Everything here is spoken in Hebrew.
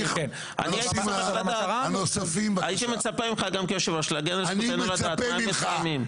הייתי מצפה ממך להגן עלינו כיושב-ראש לדעת- -- אני מצפה ממך